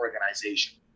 organization